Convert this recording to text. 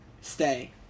Stay